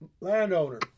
landowner